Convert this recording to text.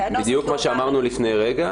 בדיוק מה שאמרנו לפני רגע,